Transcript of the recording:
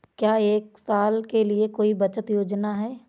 क्या एक साल के लिए कोई बचत योजना है?